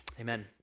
Amen